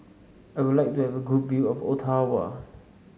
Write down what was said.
I would like to have a good view of Ottawa